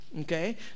Okay